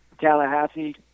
Tallahassee